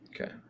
Okay